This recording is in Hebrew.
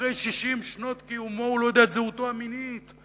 אחרי 60 שנות קיומו, לא יודע את זהותו המינית.